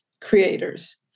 creators